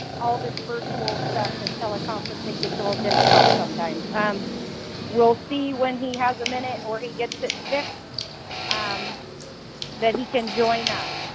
all this virtual stuff and teleconferencing gets a little difficult sometimes. umm we'll see when he has a minute or he gets it fixed umm then he can join us.